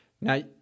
Now